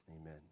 Amen